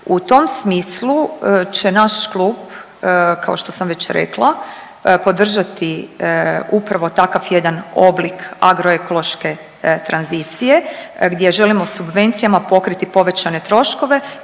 U tom smislu će naš klub, kao što sam već rekla, podržati upravo takav jedan oblik agroekološke tranzcije gdje želimo subvencijama pokriti povećane troškove